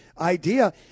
idea